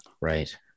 Right